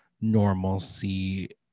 normalcy